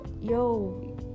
yo